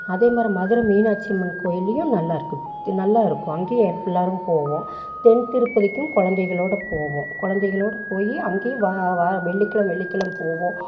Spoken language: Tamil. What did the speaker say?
அதே மாரி மதுரை மீனாட்சி அம்மன் கோயில்லேயும் நல்லா இருக்குது நல்லா இருக்கும் அங்கேயும் எப் எல்லோரும் போவோம் தென் திருப்பதிக்கும் குழந்தைங்களோட போவோம் குழந்தைகளோடு போயி அங்கேயும் வா வா வெள்ளிக்கிழமை வெள்ளிக்கிழமை போவோம்